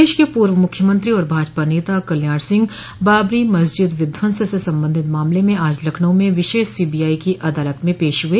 प्रदेश के पूर्व मुख्यमंत्री और भाजपा नेता कल्याण सिंह बाबरी मस्जिद विध्वंस से संबंधित मामले में आज लखनऊ में विशेष सीबीआई की अदालत में पेश हुए